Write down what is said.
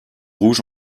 rouge